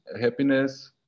happiness